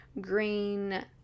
green